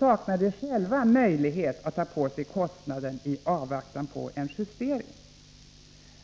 saknar de själva möjlighet att ta på sig kostnaden i avvaktan på en justering.